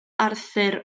arthur